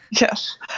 yes